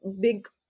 big